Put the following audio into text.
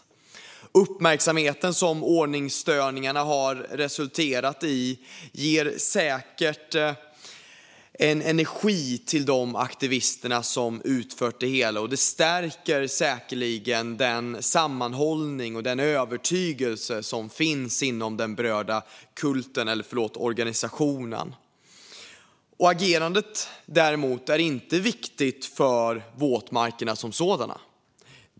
Uppmärksamheten som ordningsstörningarna har resulterat i ger säkert energi till de aktivister som utför detta, och det stärker säkerligen sammanhållningen och övertygelsen inom denna kult, eller förlåt, organisation. Agerandet är däremot inte viktigt för våtmarkerna som sådana.